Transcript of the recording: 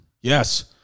Yes